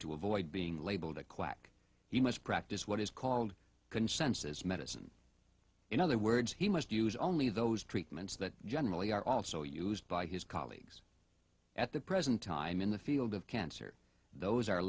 to avoid being labeled a quack he must practice what is called consensus medicine in other words he must use only those treatments that generally are also used by his colleagues at the present time in the field of cancer those are